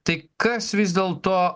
tai kas vis dėlto